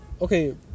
okay